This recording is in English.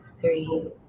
three